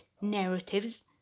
narratives